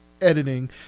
editing